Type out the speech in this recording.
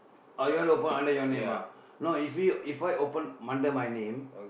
orh you want to open under your name ah no if you if I open under my name